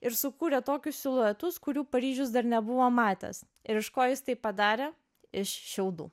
ir sukūrė tokius siluetus kurių paryžius dar nebuvo matęs ir iš ko jis tai padarė iš šiaudų